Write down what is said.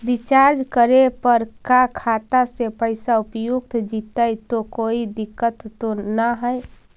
Recharge करे पर का खाता से पैसा उपयुक्त जितै तो कोई दिक्कत तो ना है?